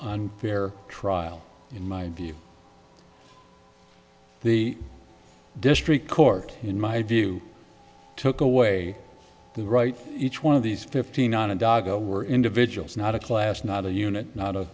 unfair trial in my view the district court in my view took away the rights each one of these fifteen onondaga were individuals not a class not a unit not